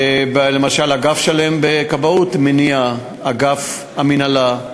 למשל אגף שלם של כבאות ומניעה, אגף המינהלה.